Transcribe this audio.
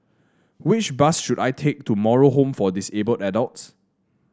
which bus should I take to Moral Home for Disabled Adults